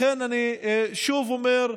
לכן שוב אני אומר: